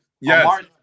Yes